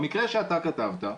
במקרה שאתה כתבת,